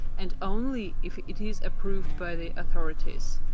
and only if it is approved by the authorities.